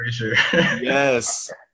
Yes